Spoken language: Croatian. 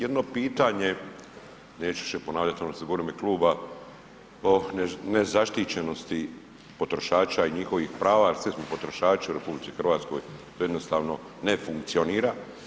Jedno pitanje, neću više ponavljati ono što sam govorio u ime kluba o nezaštićenosti potrošača i njihovih prava jel svi smo potrošači u RH to jednostavno ne funkcionira.